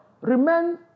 Remain